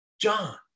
John